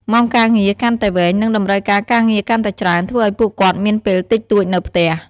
ម៉ោងការងារកាន់តែវែង និងតម្រូវការការងារកាន់តែច្រើន ធ្វើឲ្យពួកគាត់មានពេលតិចតួចនៅផ្ទះ។